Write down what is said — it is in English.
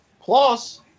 Plus